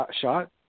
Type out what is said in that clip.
shot